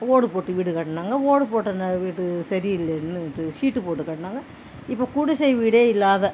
ஓடு போட்டு வீடு கட்டினாங்க ஓடு போட்ட வீடு சரி இல்லைனுட்டு ஷீட் போட்டு கட்டினாங்க இப்போ குடிசை வீடே இல்லாத